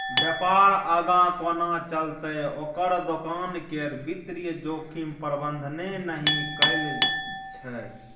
बेपार आगाँ कोना चलतै ओकर दोकान केर वित्तीय जोखिम प्रबंधने नहि कएल छै